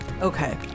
Okay